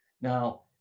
Now